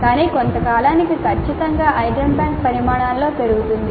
కానీ కొంత కాలానికి ఖచ్చితంగా ఐటమ్ బ్యాంక్ పరిమాణంలో పెరుగుతుంది